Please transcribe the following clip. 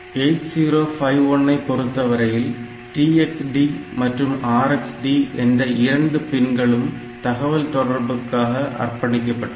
8051 ஐ பொருத்தவரையில் TxD மற்றும் RxD என்ற இரண்டு பின்களும் தகவல் தொடர்புக்காக அர்ப்பணிக்கப்பட்டவை